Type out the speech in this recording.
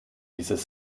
dieses